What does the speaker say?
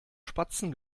spatzen